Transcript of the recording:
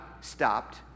stopped